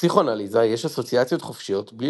בפסיכואנליזה יש אסוציאציות חופשיות בלי